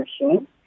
machine